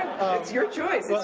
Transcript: it's your life.